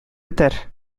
бетәр